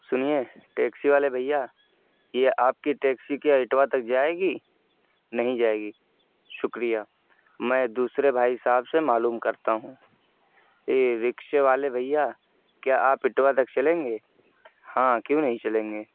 سنیے ٹیکسی والے بھیا یہ آپ کی ٹیکسی کیا اٹوا تک جائے گی نہیں جائے گی شکریہ میں دوسرے بھائی صاحب سے معلوم کرتا ہوں اے رکشے والے بھیا کیا آپ اٹوا تک چلیں گے ہاں کیوں نہیں چلیں گے